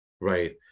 Right